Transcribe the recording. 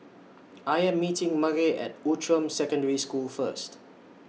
I Am meeting Murray At Outram Secondary School First